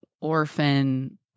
Orphan